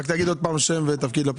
אני מהלשכה המשפטית של